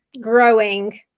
growing